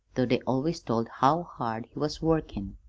though they always told how hard he was workin'.